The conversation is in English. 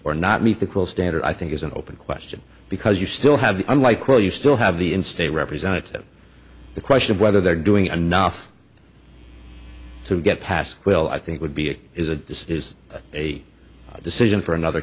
or not meet the call standard i think is an open question because you still have unlike while you still have the in state representative the question of whether they're doing enough to get past will i think would be a is a this is a decision for another